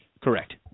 Correct